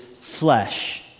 flesh